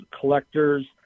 collectors